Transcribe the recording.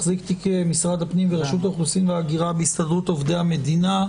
מחזיק תיק משרד הפנים ורשות האוכלוסין וההגירה בהסתדרות עובדי המדינה,